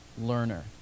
learner